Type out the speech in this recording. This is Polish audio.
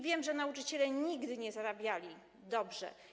Wiem, że nauczyciele nigdy nie zarabiali dobrze.